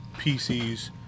PCs